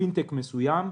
שפינטק מסוים,